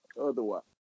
Otherwise